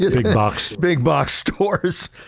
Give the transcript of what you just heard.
big box big box stores.